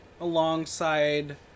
alongside